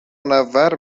منور